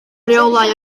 rheolau